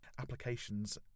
applications